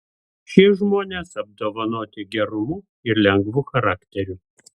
šie žmonės apdovanoti gerumu ir lengvu charakteriu